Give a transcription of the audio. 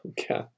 Okay